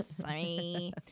Sorry